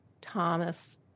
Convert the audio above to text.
Thomas